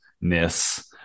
ness